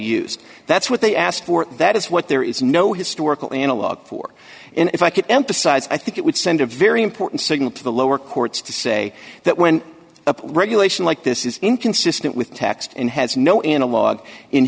used that's what they asked for that is what there is no historical analog for and if i could emphasize i think it would send a very important signal to the lower courts to say that when a regulation like this is inconsistent with text and has no in a log in